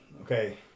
Okay